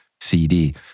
CD